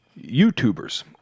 YouTubers